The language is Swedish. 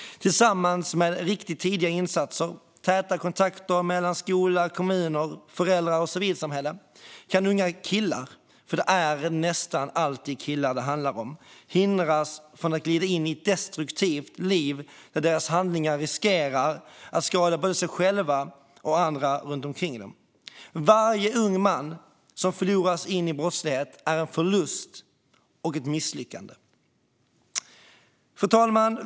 Tillsammans med riktigt tidiga insatser och täta kontakter mellan skola, kommun, föräldrar och civilsamhälle kan unga killar - för det är nästan alltid killar det handlar om - hindras från att glida in i ett destruktivt liv där deras handlingar riskerar att skada både dem själva och andra runt omkring dem. Varje ung man som förloras till brottslighet är en förlust och ett misslyckande. Fru talman!